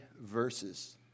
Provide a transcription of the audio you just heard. verses